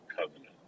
covenant